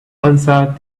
answered